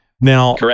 Now